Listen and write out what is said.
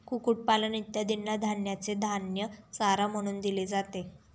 कुक्कुटपालन इत्यादींना धान्याचे धान्य चारा म्हणून दिले जाते